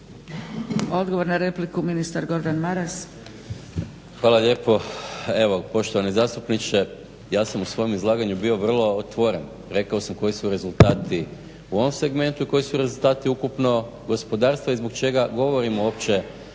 Odgovor na repliku ministar Gordan Maras. **Maras, Gordan (SDP)** Hvala lijepo. Evo poštovani zastupniče. Ja sam u svome izlaganju bio vrlo otvoren, rekao sam koji su rezultati u ovom segmentu i koji su rezultati ukupnog gospodarstva i zbog čega govorimo uopće